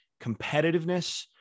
competitiveness